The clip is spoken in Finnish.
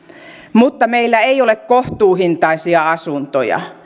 mutta meillä ei ole kohtuuhintaisia asuntoja